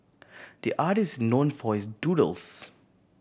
the artist is known for his doodles